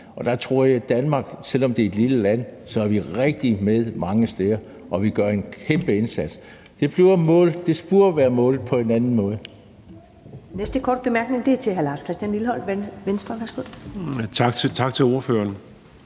Og der tror jeg, at Danmark, selv om vi er et lille land, er rigtig godt med mange steder, og vi gør en kæmpe indsats. Det burde måles på en anden måde.